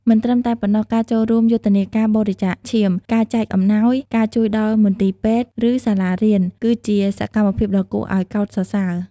មិនត្រឹមតែប៉ុណ្ណោះ ការចូលរួមយុទ្ធនាការបរិច្ចាគឈាម ការចែកអំណោយ ការជួយដល់មន្ទីរពេទ្យ ឬសាលារៀន គឺជាសកម្មភាពដ៏គួរឱ្យកោតសរសើរ។